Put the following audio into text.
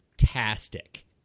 Fantastic